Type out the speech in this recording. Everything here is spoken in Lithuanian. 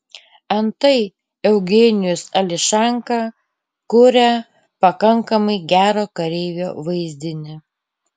antai eugenijus ališanka kuria pakankamai gero kareivio vaizdinį